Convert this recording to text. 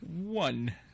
One